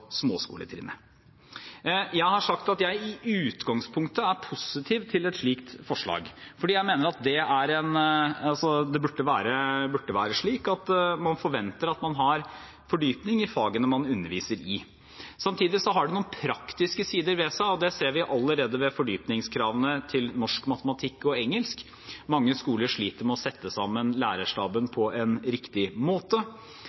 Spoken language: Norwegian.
småskoletrinnet. Jeg har sagt at jeg i utgangspunktet er positiv til et slikt forslag, for det burde være slik at man forventer at man har fordypning i fagene man underviser i. Samtidig har det noen praktiske sider ved seg. Det ser vi allerede ved fordypningskravene til norsk, matematikk og engelsk. Mange skoler sliter med å sette sammen lærerstaben på en riktig måte.